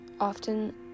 often